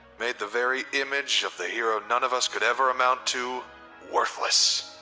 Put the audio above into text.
made the very image of the hero none of us could ever amount to worthless.